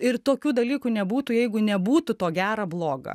ir tokių dalykų nebūtų jeigu nebūtų to gera bloga